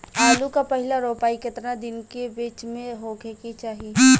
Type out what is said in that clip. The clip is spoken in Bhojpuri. आलू क पहिला रोपाई केतना दिन के बिच में होखे के चाही?